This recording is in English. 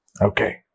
Okay